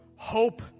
Hope